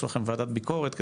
יעשו לכם וועדת ביקורת,